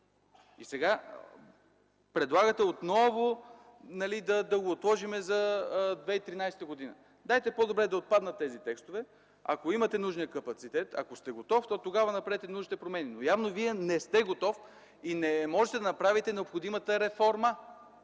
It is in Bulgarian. И сега предлагате отново да го отложим за 2013 г. Дайте по-добре да отпаднат тези текстове. Ако имате нужния капацитет, ако сте готов, то тогава направете нужните промени, но явно Вие не сте готов и не можете да направите необходимата реформа,